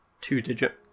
two-digit